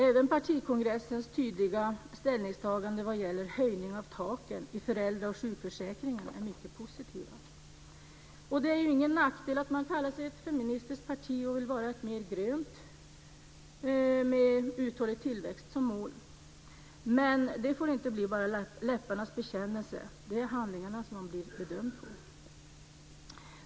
Även partikongressens tydliga ställningstagande för höjning av taken i föräldra och sjukförsäkringen är mycket positivt. Det är ju ingen nackdel att man kallar sig för ett feministiskt parti och vill vara ett mer grönt parti med en uthållig tillväxt som mål. Men det får inte bara bli läpparnas bekännelse. Det är handlingarna som man blir bedömd efter.